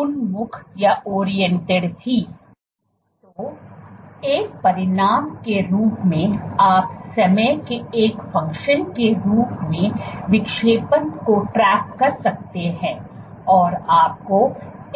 तो एक परिणाम के रूप में आप समय के एक फंक्शन के रूप में विक्षेपण को ट्रैक कर सकते हैं और आपको